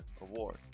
award